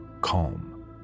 calm